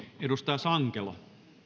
edustaja sankelo